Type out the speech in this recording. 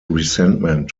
resentment